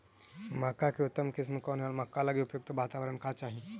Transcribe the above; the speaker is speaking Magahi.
मक्का की उतम किस्म कौन है और मक्का लागि उपयुक्त बाताबरण का चाही?